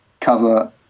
cover